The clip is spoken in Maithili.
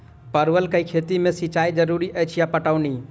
परवल केँ खेती मे सिंचाई जरूरी अछि या पटौनी?